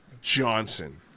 Johnson